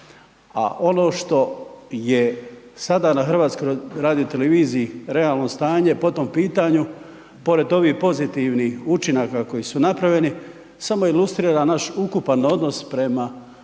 a ono što je sada na HRT-u realno stanje po tom pitanju pored ovih pozitivnih učinaka koji su napravljeni samo ilustrira naš ukupan odnos prema odnos